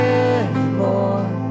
anymore